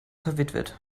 verwitwet